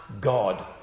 God